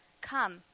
Come